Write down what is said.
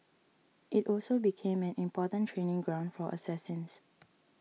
it also became an important training ground for assassins